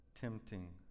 tempting